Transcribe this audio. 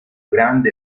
grande